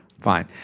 Fine